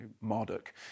Marduk